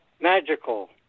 magical